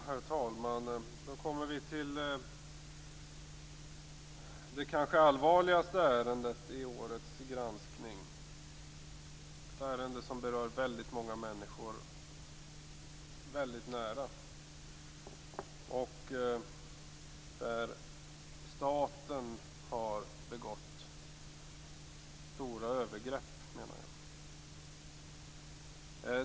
Herr talman! Då kommer vi till det kanske allvarligaste ärendet i årets granskning. Det är ett ärende som berör väldigt många människor väldigt nära och där staten enligt min mening har begått stora övergrepp.